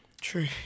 True